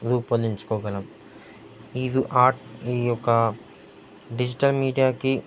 రూపొందించుకోగలం ఇదు ఆర్ట్ ఈ యొక్క డిజిటల్ మీడియాకి